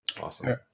Awesome